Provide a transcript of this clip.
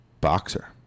Boxer